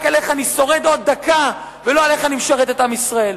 רק איך אני שורד עוד דקה ולא איך אני משרת את עם ישראל.